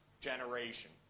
generation